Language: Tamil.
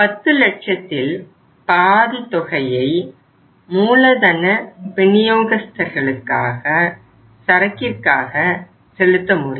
பத்து லட்சத்தில் பாதி தொகையை மூலதன விநியோகஸ்தர்களுக்கு சரக்கிற்காக செலுத்த முடியும்